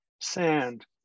sand